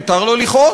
מותר לו לכעוס,